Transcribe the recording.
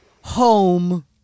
Home